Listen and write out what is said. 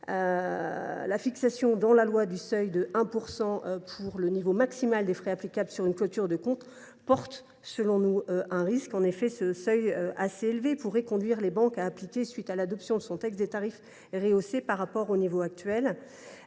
la fixation dans la loi du seuil de 1 % pour le niveau maximal de frais applicables sur une clôture de compte présente, selon nous, un risque : ce seuil, assez élevé, pourrait conduire les banques à appliquer, à la suite de l’adoption de ce texte, des tarifs rehaussés par rapport aux niveaux actuels.